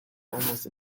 almost